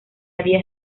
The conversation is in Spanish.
había